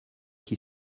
qui